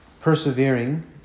persevering